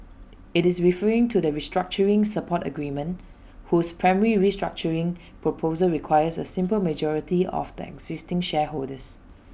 IT is referring to the restructuring support agreement whose primary restructuring proposal requires A simple majority of the existing shareholders